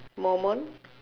Mormon